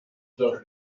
στα